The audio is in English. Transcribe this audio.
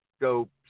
go